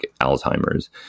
Alzheimer's